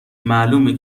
معلومه